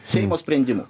seimo sprendimu